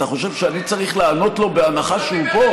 אתה חושב שאני צריך לענות לו בהנחה שהוא פה?